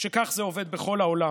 שכך זה עובד בכל העולם.